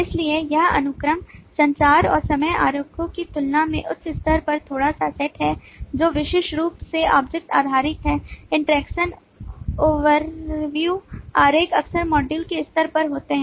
इसलिए यह अनुक्रम संचार और समय आरेखों की तुलना में उच्च स्तर पर थोड़ा सा सेट है जो विशेष रूप से ऑब्जेक्ट आधारित हैं इंटरैक्शन ओवरव्यू आरेख अक्सर मॉड्यूल के स्तर पर होते हैं